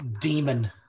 demon